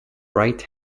right